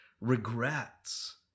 regrets